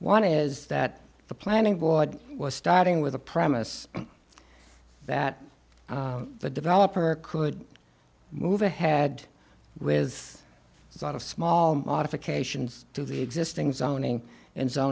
one is that the planning board was starting with the premise that the developer could move ahead with sort of small modifications to the existing zoning and